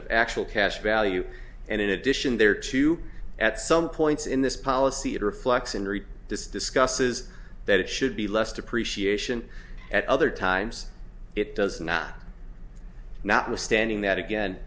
of actual cash value and in addition there are two at some points in this policy it reflects in read this discusses that it should be less depreciation at other times it does not notwithstanding that again